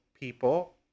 people